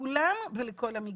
לכולם ולכל המגזרים.